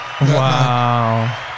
Wow